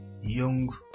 Young